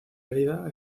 herida